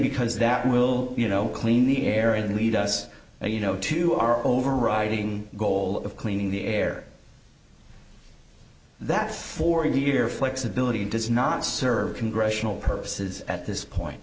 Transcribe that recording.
because that will you know clean the air and lead us you know to our overriding goal of cleaning the air that's forty year flexibility does not serve congressional purposes at this point